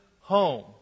Home